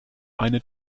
eine